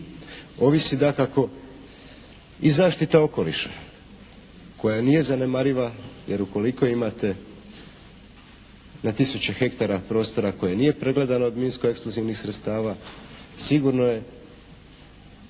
ovisi dakako i zaštita okoliša koja nije zanemariva jer ukoliko imate na tisuće hektara prostora koje nije pregledano od minsko-eksplozivnih sredstava sigurno je